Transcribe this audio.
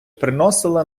приносили